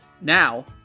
Now